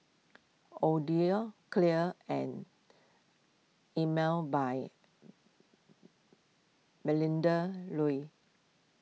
Odlo Clear and Emel by Melinda Looi